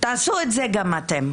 תעשו את זה גם אתם.